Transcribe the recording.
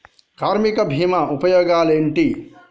కార్మిక బీమా ఉపయోగాలేంటి?